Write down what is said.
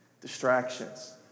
distractions